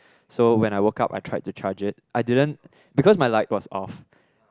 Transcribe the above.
so when I woke up I tried to charge it I didn't because my light was off